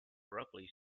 roughly